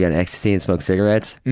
yeah ecstasy and smoke cigarettes? oh,